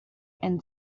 and